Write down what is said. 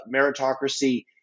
meritocracy